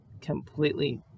completely